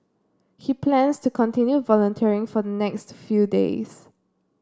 he plans to continue volunteering for the next few days